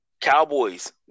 Cowboys